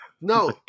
No